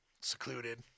secluded